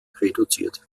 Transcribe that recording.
reduziert